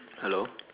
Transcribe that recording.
hello